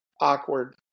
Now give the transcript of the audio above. awkward